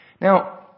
Now